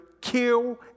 kill